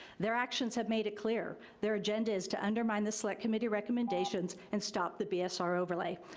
their actions have made it clear. their agenda is to undermine the select committee recommendations and stop the bsr overlay.